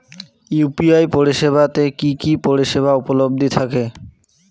UPI পরিষেবা তে কি কি পরিষেবা উপলব্ধি থাকে?